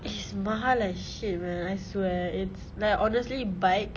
it's mahal as shit man I swear it's like honestly bike